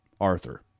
Arthur